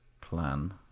plan